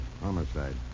homicide